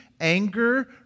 anger